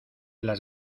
las